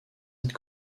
sept